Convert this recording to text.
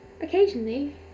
Occasionally